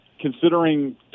considering